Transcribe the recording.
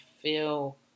feel